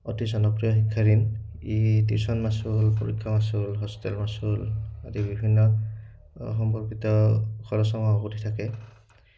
অতি জনপ্ৰিয় শিক্ষা ঋণ ই টিউশ্যন মাচুল পৰীক্ষা মাচুল হোষ্টেল মাচুল আদি বিভিন্ন সম্পৰ্কিত খৰচসমূহ আৱৰি থাকে